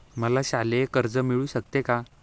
मला शालेय कर्ज मिळू शकते का?